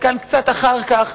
חלקן קצת אחר כך.